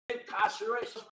incarceration